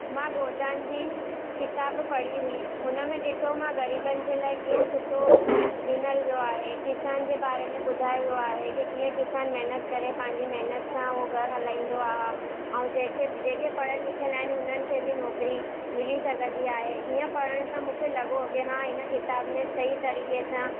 मां गोदान जी किताबु पढ़ी हुई हुनमें ॾिठो मां ग़रीबनि जे लाइ कीअं सुठो ॾिनियलु वियो आहे किसान जे बारे में ॿुधायो वियो आहे के कीअं किसान महिनत करे पंहिंजी महिनत सां उहो घरु हलाईंदो आहे ऐं जंहिंखे जेके पढ़ियलु लिखियलु आहिनि हुननि खे बि नौकरी मिली सघंदी आहे हीअं पढ़ण सां मूंखे लॻो की हा हिन किताब में सही तरीक़े सां